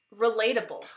relatable